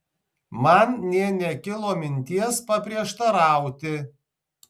man nė nekilo minties paprieštarauti